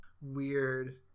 Weird